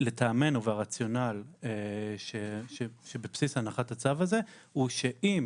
לטעמנו והרציונל שבבסיס הנחת הצו הזה הוא שאם